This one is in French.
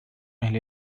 elle